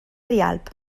rialb